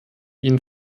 ihnen